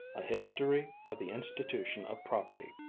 a history of the institution of property,